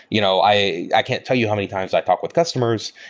you know i i can't tell you how many times i've talked with customers,